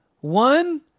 One